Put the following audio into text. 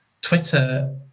Twitter